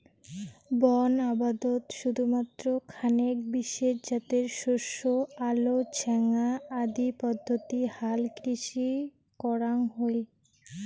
বন আবদত শুধুমাত্র খানেক বিশেষ জাতের শস্য আলো ছ্যাঙা আদি পদ্ধতি হালকৃষি করাং হই